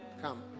Come